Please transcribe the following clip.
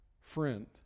friend